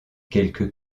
quelques